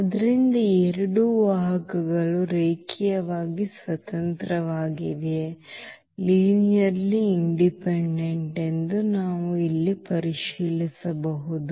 ಆದ್ದರಿಂದ ಈ ಎರಡು ವಾಹಕಗಳು ರೇಖೀಯವಾಗಿ ಸ್ವತಂತ್ರವಾಗಿವೆಯೆ ಎಂದು ನಾವು ಇಲ್ಲಿ ಪರಿಶೀಲಿಸಬಹುದು